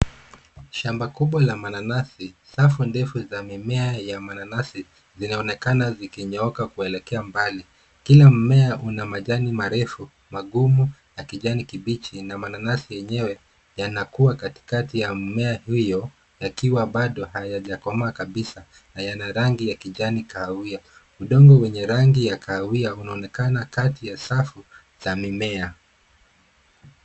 Shamba kubwa la mananasi. Safu ndefu za mimea ya mananasi zinaonekana zikinyooka kuelekea mbali. Kila mmea una majani marefu, magumu na kijani kibichi na mananasi enyewe yanakua katikati ya mmea hiyo yakiwa baado hayajakomaa kabisa na yana rangi ya kijani kahawia. Udongo wenye rangi ya kahawia unaonekana kati ya safu za mimea.